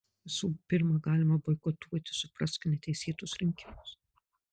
visų pirma galima boikotuoti suprask neteisėtus rinkimus